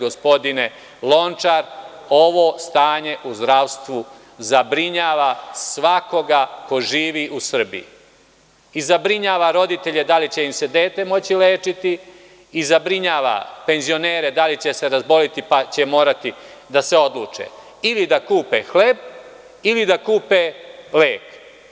Gospodine Lončar, ovo stanje u zdravstvu zabrinjava svakoga ko živi u Srbiji i zabrinjava roditelje da li će im se dete moći lečiti i zabrinjava penzionere da li će se razboleti pa će morati da se odluče ili da kupe hleb ili da kupe lek.